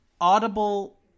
audible